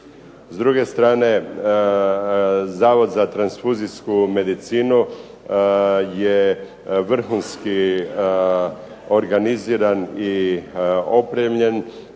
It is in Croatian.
S druge strane, Zavod za transfuzijsku medicinu je vrhunski organiziran i opremljen